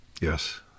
Yes